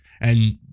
And-